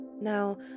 Now